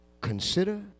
consider